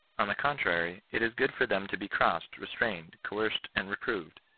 on the contrary, it is good for them to be crossed, restrained, coerced, and reproved,